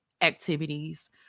activities